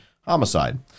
homicide